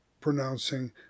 pronouncing